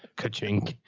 coaching.